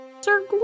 Sir